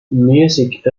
music